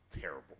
terrible